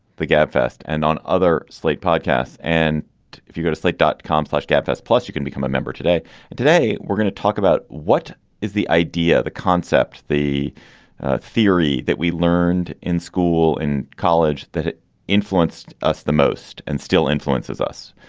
the gabfest and on other slate podcasts. and if you go to slate dot com fleshed out, that's plus you can become a member today. and today we're gonna talk about what is the idea, the concept. the theory that we learned in school, in college that it influenced us the most and still influences us.